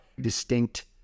distinct